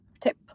tip